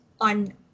on